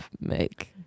make